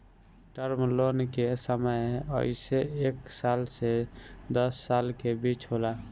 term loan के समय अइसे एक साल से दस साल के बीच होला